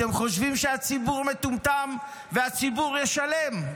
אתם חושבים שהציבור מטומטם והציבור ישלם.